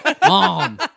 Mom